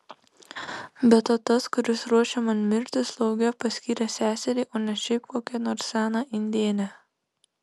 be to tas kuris ruošia man mirtį slauge paskyrė seserį o ne šiaip kokią nors seną indėnę